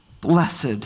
Blessed